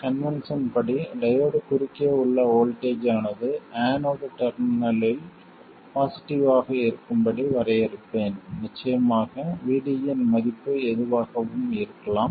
convention படி diode குறுக்கே உள்ள வோல்ட்டேஜ் ஆனது ஆனோட் டெர்மினலில் பாசிட்டிவ் ஆக இருக்கும்படி வரையறுப்பேன் நிச்சயமாக VD இன் மதிப்பு எதுவாகவும் இருக்கலாம்